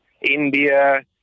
India